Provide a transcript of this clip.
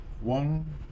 one